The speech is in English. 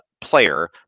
player